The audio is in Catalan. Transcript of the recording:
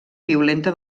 violenta